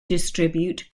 distribute